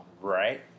right